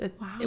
Wow